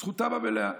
זכותם המלאה.